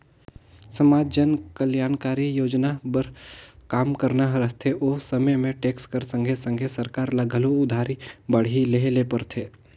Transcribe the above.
समाज जनकलयानकारी सोजना बर काम करना रहथे ओ समे में टेक्स कर संघे संघे सरकार ल घलो उधारी बाड़ही लेहे ले परथे